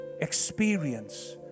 experience